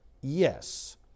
yes